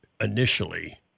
initially